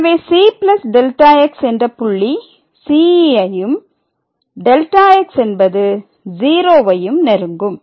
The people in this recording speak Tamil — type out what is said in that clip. எனவே c Δx என்ற புள்ளி c ஐயும் Δx என்பது 0 வையும் நெருங்கும்